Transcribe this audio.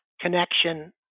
connection